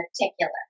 meticulous